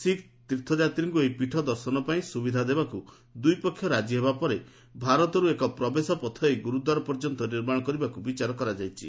ଶିଖ ତୀର୍ଥଯାତ୍ରୀଙ୍କୁ ଏହି ପୀଠ ଦର୍ଶନ ପାଇଁ ସୁବିଧା ଦେବାକୁ ଦୁଇ ପକ୍ଷ ରାଜି ହେବା ପରେ ଭାରତରୁ ଏକ ପ୍ରବେଶ ପଥ ଏହି ଗୁରୁଦ୍ୱାର ପର୍ଯ୍ୟନ୍ତ ନିର୍ମାଣ କରିବାକୁ ବିଚାର କରାଯାଇଛି